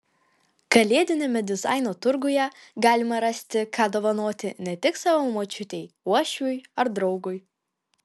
kalėdiniame dizaino turguje galima rasti ką dovanoti ne tik savo močiutei uošviui ar draugui